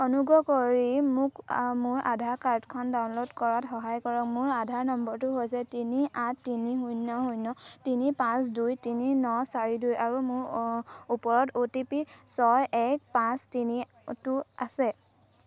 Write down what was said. অনুগ্ৰহ কৰি মোক মোৰ আধাৰ কাৰ্ডখন ডাউনল'ড কৰাত সহায় কৰক মোৰ আধাৰ নম্বৰটো হৈছে তিনি আঠ তিনি শূন্য শূন্য তিনি পাঁচ দুই তিনি ন চাৰি দুই আৰু মোৰ ওপৰত অ' টি পি ছয় এক পাঁচ তিনিটো আছে